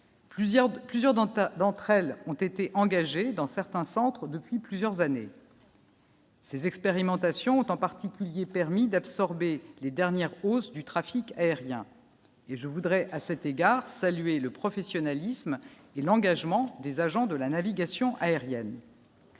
dans ta d'entre elles ont été engagées dans certains centres depuis plusieurs années. Ces expérimentations ont en particulier permis d'absorber les dernières hausses du trafic aérien et je voudrais à cet égard, salué le professionnalisme et l'engagement des agents de la navigation aérienne.